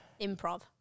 improv